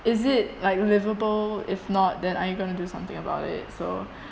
is it like livable if not then are you gonna do something about it so